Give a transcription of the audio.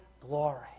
glory